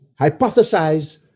hypothesize